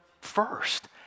first